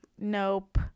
nope